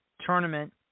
tournament